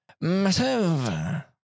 massive